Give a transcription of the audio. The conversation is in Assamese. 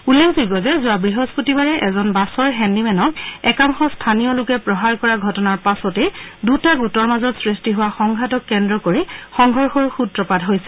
উল্লেখযোগ্য যে যোৱা বৃহস্পতিবাৰে এজন বাছৰ হেণ্ডিমেনক একাংশ স্থনীয় লোকে প্ৰহাৰ কৰা ঘটনাৰ পছতেই দুটা গোটৰ মাজত সৃষ্টি হোৱা সংঘাতক কেন্দ্ৰ কৰি সংঘৰ্ষৰ সূত্ৰপাত হৈছিল